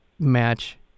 match